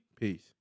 Peace